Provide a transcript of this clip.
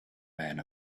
men